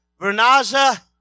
Vernaza